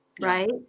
right